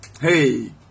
hey